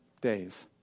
days